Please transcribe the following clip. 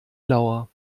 lauer